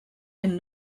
and